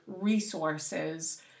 resources